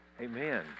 Amen